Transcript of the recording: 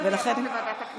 ולכן היא תעבור לוועדת הכנסת.